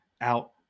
out